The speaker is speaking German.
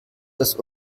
das